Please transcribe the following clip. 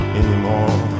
anymore